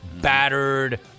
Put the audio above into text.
battered